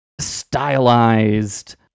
stylized